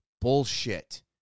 bullshit